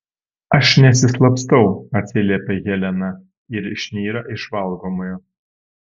aš nesislapstau atsiliepia helena ir išnyra iš valgomojo